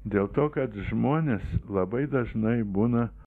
dėl to kad žmonės labai dažnai būna